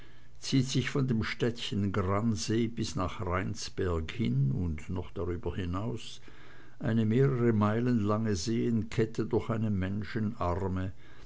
zieht sich von dem städtchen gransee bis nach rheinsberg hin und noch darüber hinaus eine mehrere meilen lange seenkette durch eine menschenarme